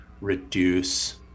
reduce